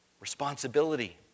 Responsibility